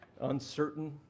uncertain